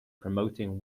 promoting